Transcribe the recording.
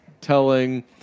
telling